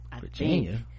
Virginia